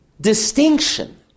distinction